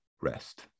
rest